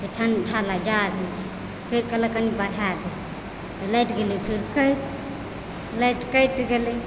ठंडा जाड़ होइ छै फेर कहलक कनि बढ़ा दे तऽ लाइट गेलै फेर कटि लाइट कटि गेलै